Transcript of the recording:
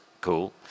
cool